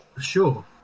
sure